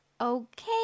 Okay